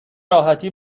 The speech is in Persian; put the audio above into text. راحتی